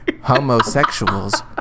homosexuals